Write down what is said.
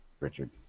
richard